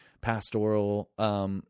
pastoral